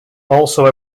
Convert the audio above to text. also